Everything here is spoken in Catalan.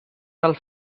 del